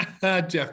Jeff